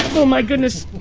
oh my goodness.